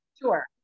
Sure